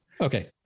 Okay